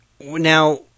now